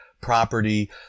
property